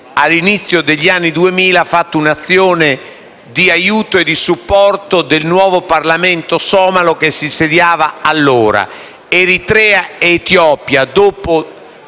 all'inizio degli anni 2000, ha fatto un'azione di aiuto e di supporto del nuovo Parlamento somalo che si insediava allora. Eritrea ed Etiopia hanno